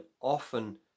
often